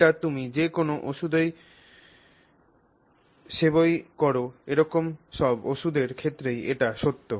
এটি তুমি যে কোনও ওষুধই সেবন কর এরকম সব ওষুধের ক্ষেত্রেই এটি সত্য